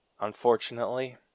unfortunately